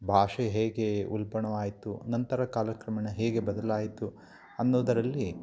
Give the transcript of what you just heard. ಭಾಷೆ ಹೇಗೆ ಉಲ್ಪಣವಾಯ್ತು ನಂತರ ಕಾಲ ಕ್ರಮೇಣ ಹೇಗೆ ಬದಲಾಯ್ತು ಅನ್ನುದರಲ್ಲಿ